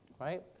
right